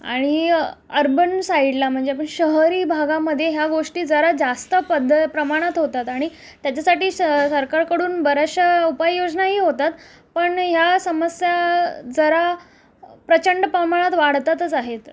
आणि अर्बन साईडला म्हणजे आपण शहरी भागामध्ये ह्या गोष्टी जरा जास्त पद्ध प्रमाणात होतात आणि त्याच्यासाठी श सरकारकडून बऱ्याचशा उपाययोजनाही होतात पण ह्या समस्या जरा प्रचंड प्रमाणात वाढतातच आहेत